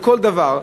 בכל דבר,